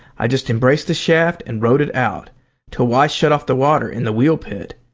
i just embraced the shaft and rode it out till weiss shut off the water in the wheel-pit.